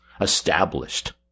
established